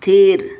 ᱛᱷᱤᱨ